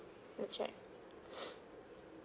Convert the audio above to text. that's right